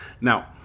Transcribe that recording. Now